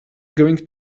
going